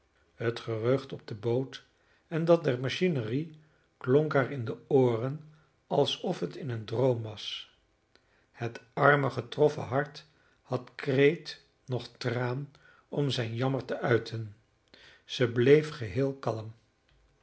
het gerucht op de boot en dat der machinerie klonk haar in de ooren alsof het in een droom was het arme getroffen hart had kreet noch traan om zijn jammer te uiten zij bleef geheel kalm